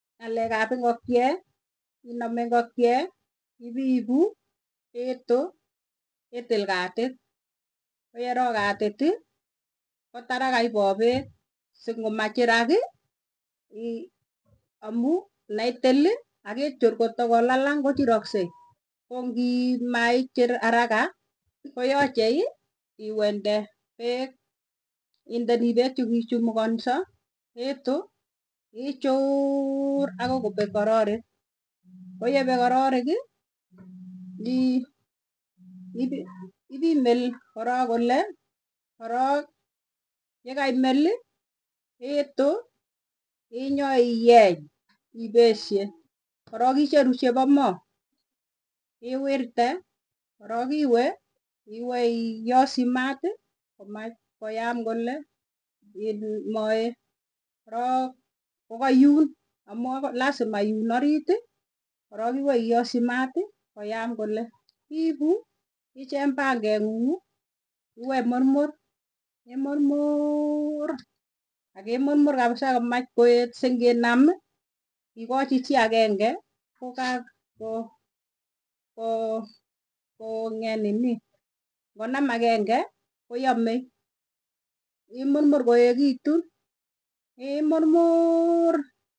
Ng'alek ap ing'okiee, iname ing'okiee ipi ipu, iitu, itil katit, ko yerok katit, ko tara kaipoo pek sing'omachirak ii amu leitil ii akichur kotokolalang kochuraksei, ko ng'imaichir araka, koyochei iwe inde pek, indeni pek chukichumukanso, iitu, iichuur akoi kopek kororik, ko yepek kororrik ii- ipi- ipimel korok kole, korook yekaimel iitu, inyo ieny, ipeshe, korok icheru chepo moo, iwirte korok iwe iwe iyoschi maat koman koyaam kole iipu moet, korook ko kaiyuun amu ako lasima iyuun orit korok iwo iyoschi maat koyam kole. iipu icheng pang'e ng'ung, iwo imurmur, imurmuur akimurmur kapisa komach koet sing'inam ikachi chii akeng'e kokako ko- ko kong'et nini, konam akeng'e koyame imurmur koekitu, imurmuur.